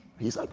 he's like,